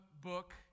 book